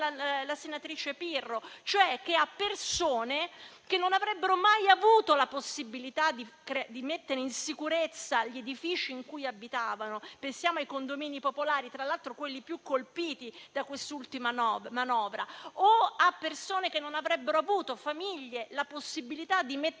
la senatrice Pirro, cioè a persone che non avrebbero mai avuto la possibilità di mettere in sicurezza gli edifici in cui abitavano - pensiamo ai condomini popolari, tra l'altro quelli più colpiti da quest'ultima manovra - di farlo, o a persone o famiglie che non avrebbero avuto la possibilità di mettere